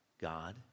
God